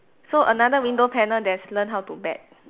so another window panel there's learn how to bet